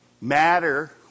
matter